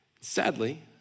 Sadly